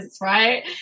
Right